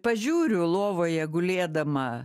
pažiūriu lovoje gulėdama